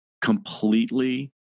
completely